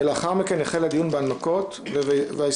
ולאחר מכן יחל הדיון בהנמקת ההסתייגויות.